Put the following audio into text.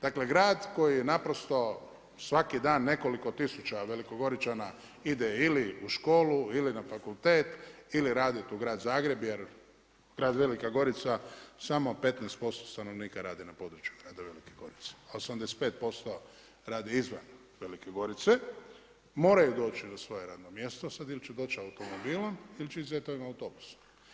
Dakle grada koji naprosto svaki dan nekoliko tisuća velikogoričana ide ili u školu ili na fakultet ili raditi u grad Zagreb jer grad Velika Gorica samo 15% stanovnika radi na području grada Velike Gorice a 85% radi izvan Velike Gorice, moraju doći na svoje radno mjesto, sad ili će doći automobilom ili ZET-ovim autobusom.